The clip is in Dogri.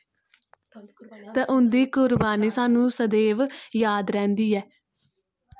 उन्दी कुर्वानी स्हानू सदैव जाद रैंहदी ऐ